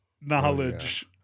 knowledge